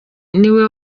niwe